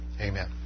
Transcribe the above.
Amen